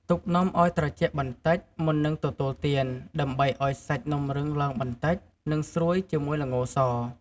ទុកនំឱ្យត្រជាក់បន្តិច មុននឹងទទួលទាន ដើម្បីឲ្យសាច់នំរឹងឡើងបន្តិច និងស្រួយជាមួយល្ងស។